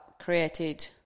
created